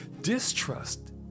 Distrust